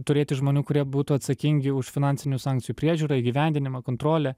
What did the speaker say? turėti žmonių kurie būtų atsakingi už finansinių sankcijų priežiūrą įgyvendinimą kontrolę